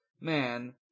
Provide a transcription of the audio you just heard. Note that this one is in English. man